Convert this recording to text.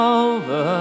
over